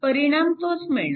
परिणाम तोच मिळणार